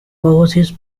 overseas